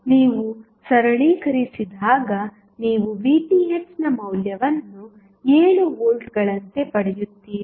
ಆದ್ದರಿಂದ ನೀವು ಸರಳೀಕರಿಸಿದಾಗ ನೀವು Vth ನ ಮೌಲ್ಯವನ್ನು 7 ವೋಲ್ಟ್ಗಳಂತೆ ಪಡೆಯುತ್ತೀರಿ